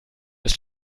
ist